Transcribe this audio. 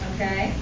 Okay